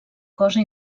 cosa